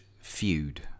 feud